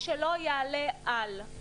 ובסכום של יעלה על,